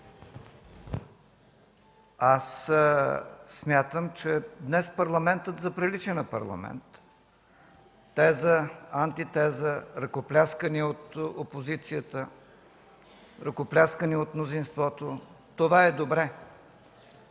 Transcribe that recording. Аз смятам, че днес Парламентът заприлича на Парламент – теза антитеза, ръкопляскания от опозицията, ръкопляскания от мнозинството. Това е добре.